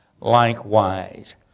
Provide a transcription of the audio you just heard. likewise